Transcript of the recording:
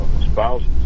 spouses